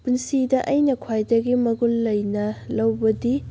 ꯄꯨꯟꯁꯤꯗ ꯑꯩꯅ ꯈ꯭ꯋꯥꯏꯗꯒꯤ ꯃꯒꯨꯟ ꯂꯩꯅ ꯂꯧꯕꯗꯤ